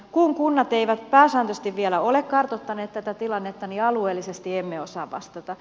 kun kunnat eivät pääsääntöisesti vielä ole kartoittaneet tätä tilannetta niin alueellisesti emme osaa vastata